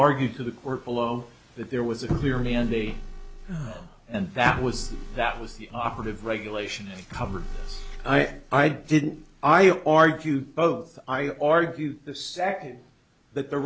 argue to the court below that there was a clearly and a and that was that was the operative regulation covered i didn't i you argue both i argue the second that the